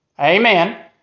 Amen